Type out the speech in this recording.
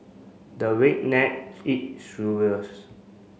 the redneck eat